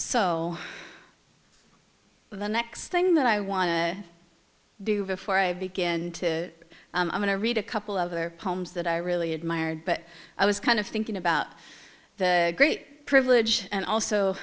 so well the next thing that i want to do before i begin to i'm going to read a couple of other poems that i really admired but i was kind of thinking about the great privilege and also